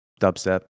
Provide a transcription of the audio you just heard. dubstep